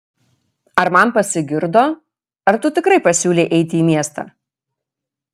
ar man pasigirdo ar tu tikrai pasiūlei eiti į miestą